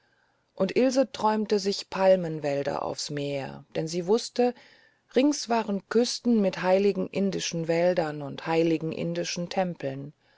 und ilse träumte sich palmenwälder aufs meer denn sie wußte rings waren küsten mit heiligen indischen wäldern und heiligen indischen tempeln